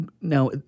Now